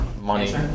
Money